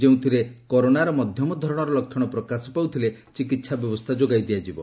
ଯେଉଁଥିରେ କରୋନାର ମଧ୍ୟମଧରଣର ଲକ୍ଷଣ ପ୍ରକାଶ ପାଉଥିଲେ ଚିକିତ୍ସା ବ୍ୟବସ୍ଥା ଯୋଗାଇ ଦିଆଯିବ